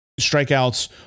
strikeouts